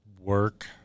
work